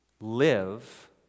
Live